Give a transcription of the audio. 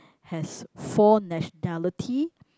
has four nationality